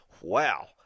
Wow